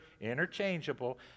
interchangeable